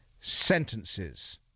sentences